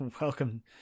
Welcome